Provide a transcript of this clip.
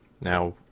Now